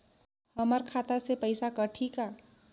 हमर खाता से पइसा कठी का?